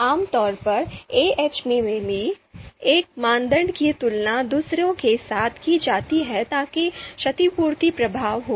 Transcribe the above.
आमतौर पर AHP में भी एक मानदंड की तुलना दूसरों के साथ की जाती है ताकि क्षतिपूर्ति प्रभाव हो